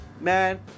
Man